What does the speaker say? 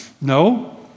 No